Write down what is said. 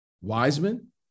Wiseman